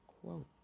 quote